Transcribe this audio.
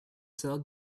cell